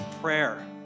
prayer